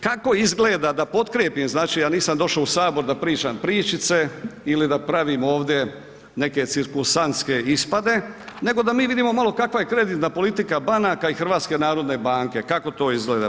Kako izgleda da potkrijepim znači ja nisam došao u sabor da pričam pričice ili da pravim ovdje neke cirkusantske ispade, nego da mi vidimo malo kakva je kreditna politika banaka i NHB-a, kako to izgleda.